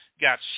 got